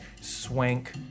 swank